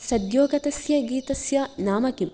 सद्योगतस्य गीतस्य नाम किम्